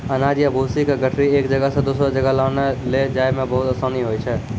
अनाज या भूसी के गठरी एक जगह सॅ दोसरो जगह लानै लै जाय मॅ बहुत आसानी होय छै